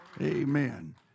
Amen